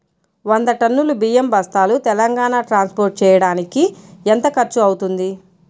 వంద టన్నులు బియ్యం బస్తాలు తెలంగాణ ట్రాస్పోర్ట్ చేయటానికి కి ఎంత ఖర్చు అవుతుంది?